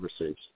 receives